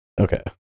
Okay